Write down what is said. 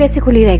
equally like